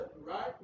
right